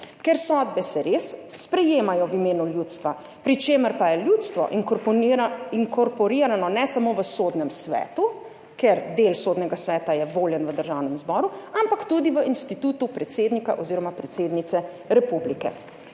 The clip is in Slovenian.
se sodbe res sprejemajo v imenu ljudstva, pri čemer pa je ljudstvo inkorporirano ne samo v Sodnem svetu, ker je del Sodnega sveta voljen v Državnem zboru, ampak tudi v institutu predsednika oziroma predsednice republike.